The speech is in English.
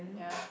ya